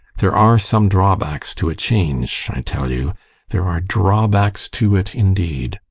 there are some drawbacks to a change, i tell you there are drawbacks to it, indeed.